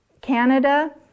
Canada